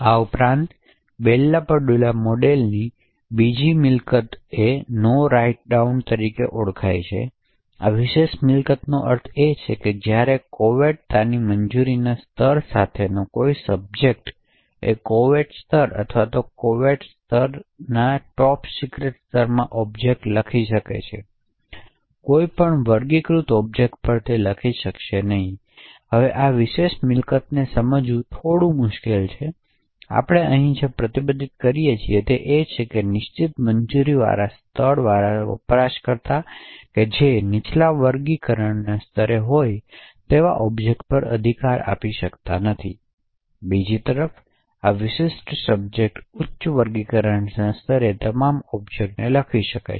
આ ઉપરાંત Bell LaPadula મોડેલની બીજી મિલકત નો રાઇટ ડાઉન તરીકે ઓળખાય છે તેથી આ વિશેષ મિલકતનો અર્થ એ છે કે જ્યારે કોવેર્ટતાના મંજૂરીના સ્તર સાથેનો કોઈ સબ્જેક્ટ કોવેર્ટ સ્તર અથવા કોવેર્ટ સ્તર અથવા ટોપ સિક્રેટ સ્તરમાં ઓબ્જેક્ટ લખી શકે છે કોઈપણ વર્ગીકૃત ઓબ્જેક્ટ્સ પર લખી શકશે નહીં હવે આ વિશેષ મિલકતને સમજવું થોડું મુશ્કેલ છે આપણે અહીં જે પ્રતિબંધિત કરીએ છીએ તે એ છે કે નિશ્ચિત મંજૂરીના સ્તરવાળા વપરાશકર્તા જે નીચલા વર્ગીકરણના સ્તરે હોય તેવા ઓબ્જેક્ટ પર અધિકાર આપી શકતા નથી બીજી તરફ આ વિશિષ્ટ સબ્જેક્ટ ઉચ્ચ વર્ગીકરણના સ્તરે તમામ ઓબ્જેક્ટ્સ પર લખી શકે છે